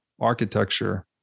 architecture